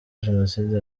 jenoside